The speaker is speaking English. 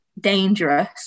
dangerous